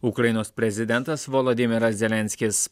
ukrainos prezidentas voladimiras zelenskis